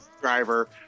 driver